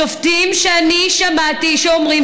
שופטים שאני שמעתי אומרים,